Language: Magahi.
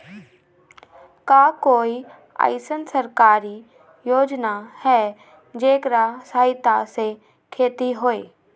का कोई अईसन सरकारी योजना है जेकरा सहायता से खेती होय?